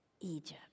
Egypt